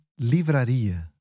livraria